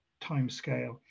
timescale